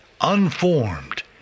unformed